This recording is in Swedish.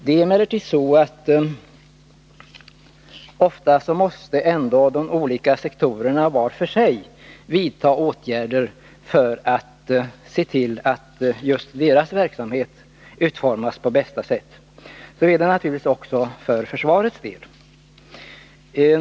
Det är emellertid så att de olika sektorerna ofta var för sig måste vidta åtgärder för att se till att just deras verksamhet utformas på bästa sätt. Så är det naturligtvis också för försvarets del.